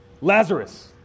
Lazarus